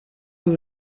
amb